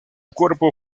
cuerpo